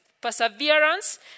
perseverance